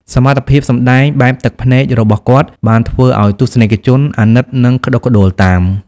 សមត្ថភាពសម្ដែងបែបទឹកភ្នែករបស់គាត់បានធ្វើឱ្យទស្សនិកជនអាណិតនិងក្ដុកក្ដួលតាម។